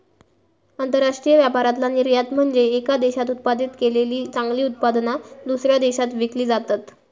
आंतरराष्ट्रीय व्यापारातला निर्यात म्हनजे येका देशात उत्पादित केलेली चांगली उत्पादना, दुसऱ्या देशात विकली जातत